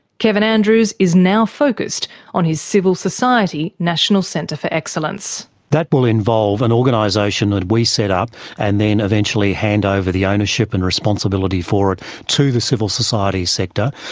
kevin andrews is now focused on his civil society national centre for excellence. that will involve an organisation that we set up and then eventually hand over the ownership and responsibility for it to the civil society sector,